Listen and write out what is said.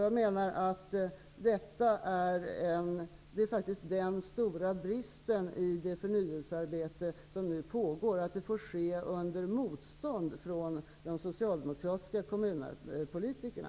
Jag menar att den stora bristen är att förnyelsearbetet sker under motstånd från de socialdemokratiska kommunalpolitikerna.